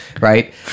right